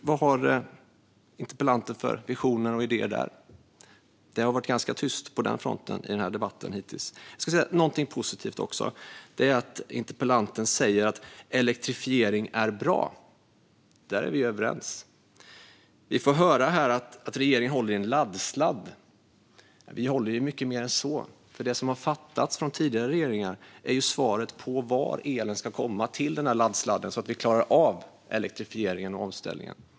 Vad har interpellanten för visioner och idéer där? Det har varit ganska tyst på den fronten i denna debatt hittills. Jag ska någonting positivt också. Det är att interpellanten säger att elektrifiering är bra. Där är vi överens. Vi får här höra att regeringen håller i en laddsladd. Vi håller i mycket mer än så. Det som det har fattats beslut om av tidigare regeringar är svaret på varifrån elen ska komma till denna laddsladd, så att vi klarar av elektrifieringen och omställningen.